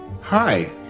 Hi